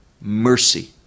mercy